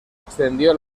extendió